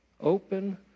Open